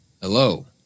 hello